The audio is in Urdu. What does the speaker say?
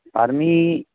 فارمی